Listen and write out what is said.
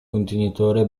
contenitore